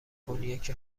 کنیاک